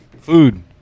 Food